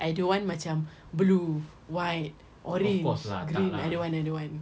I don't want macam blue white orange green I don't want I don't want